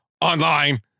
online